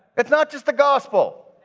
it's not just the gospel.